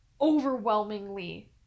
overwhelmingly